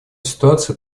ситуацию